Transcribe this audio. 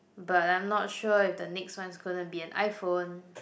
but I'm not sure if the next one's gonna be an iPhone